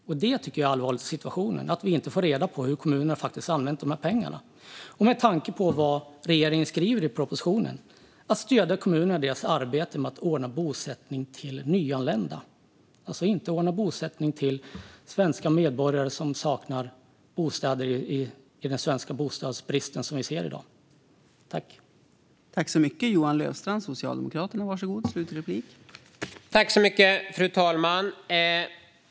Jag tycker att det är allvarligt att vi inte får reda på hur kommunerna faktiskt har använt de här pengarna med tanke på vad regeringen skriver i propositionen: "att stödja kommunerna i deras arbete med att ordna bosättning till nyanlända" - alltså inte ordna bosättning till svenska medborgare som saknar bostad på grund av den bostadsbrist vi ser i dag.